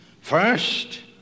First